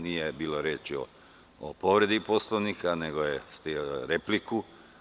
Nije bilo reči o povredi Poslovnika, nego ste imali repliku.